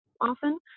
often